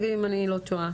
תגידי לי אם אני לא טועה,